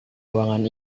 ruangan